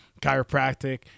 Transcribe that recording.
chiropractic